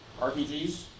RPGs